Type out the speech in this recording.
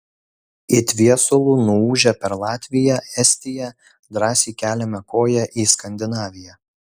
it viesulu nuūžę per latviją estiją drąsiai keliame koją į skandinaviją